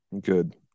Good